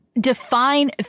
define